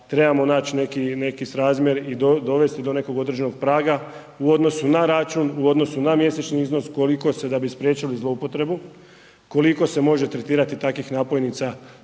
trebamo naći neki srazmjer i dovesti do nekog određenog praga u odnosu na račun u odnosu na mjesečni iznos koliko se da bi spriječili zloupotrebu koliko se može tretirati takvih napojnica